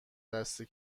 دستی